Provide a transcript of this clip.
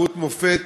דמות מופת,